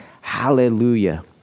hallelujah